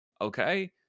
okay